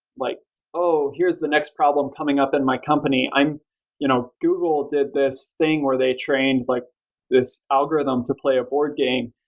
like oh, here's the next problem coming up in my company. you know google did this thing where they trained like this algorithm to play a board game.